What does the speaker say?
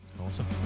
Awesome